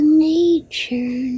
nature